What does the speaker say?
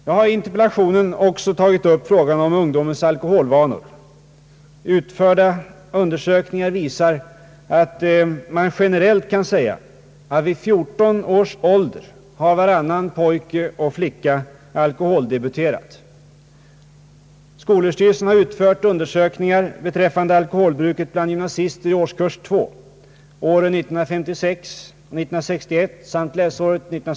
Jag har i interpellationen också tagit upp frågan om ungdomens alkoholvanor. Utförda undersökningar visar att man generellt kan säga att varannan pojke och flicka vid 14 års ålder har alkoholdebuterat. Skolöverstyrelsen har utfört undersökningar beträffande alkoholbruket bland gymnasister i årskurs 2 åren 1956 och 1961 samt läsåret 1967/68.